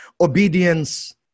Obedience